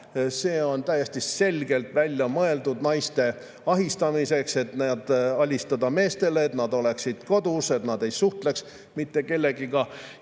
See on täiesti selgelt välja mõeldud naiste ahistamiseks, et alistada nad meestele, et nad oleksid kodus, et nad ei suhtleks mitte kellegagi.